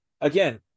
again